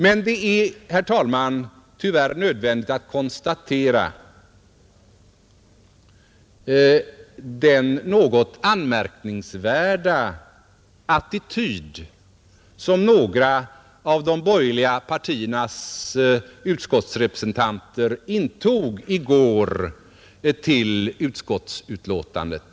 Men det är, herr talman, tyvärr nödvändigt att konstatera den något anmärkningsvärda attityd till utskottsbetänkandet som några av de borgerliga partiernas utskottsrepresentanter intog i går.